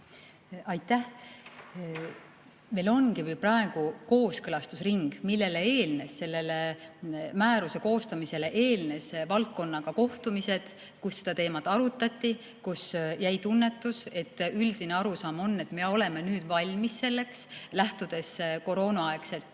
Aitäh! Meil ongi praegu kooskõlastusring, millele eelnesid, selle määruse koostamisele eelnesid valdkonnaga kohtumised, kus seda teemat arutati ja kus jäi tunne, et üldine arusaam on, et me oleme valmis selleks, lähtudes koroonaaegsest